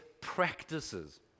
practices